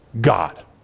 God